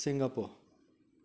Singapore